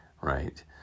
right